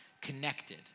connected